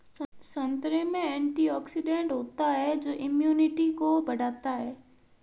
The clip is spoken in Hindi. संतरे में एंटीऑक्सीडेंट होता है जो इम्यूनिटी को बढ़ाता है